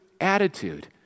attitude